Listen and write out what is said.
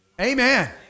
Amen